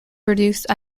produce